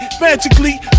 magically